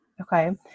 okay